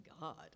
God